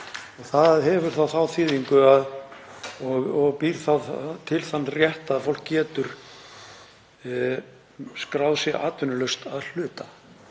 Það hefur þá þýðingu og býr til þann rétt að fólk getur skráð sig atvinnulaust að hluta.